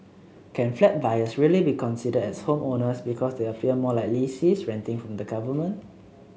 can flat buyers really be considered as homeowners because they appear more like lessees renting from the government